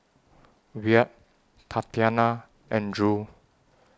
Wyatt Tatyana and Drew